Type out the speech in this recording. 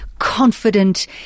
confident